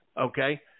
okay